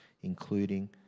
including